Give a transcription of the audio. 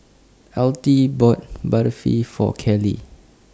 Altie bought Barfi For Carlee